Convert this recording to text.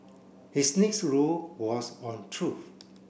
his next rule was on truth